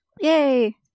Yay